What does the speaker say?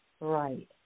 Right